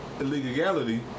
illegality